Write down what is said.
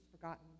forgotten